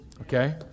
Okay